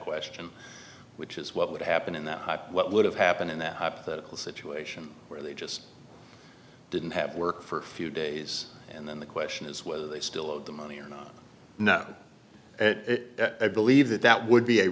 question which is what would happen in that what would have happened in that hypothetical situation where they just didn't have work for a few days and then the question is whether they still owed the money or not not that i believe that that would be a